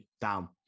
down